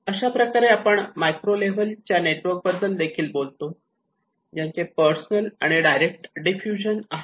अशा प्रकारे आपण मायक्रो लेव्हल च्या नेटवर्कबद्दल देखील बोललो ज्याचे पर्सनल आणि डायरेक्ट डिफ्युजन आहेत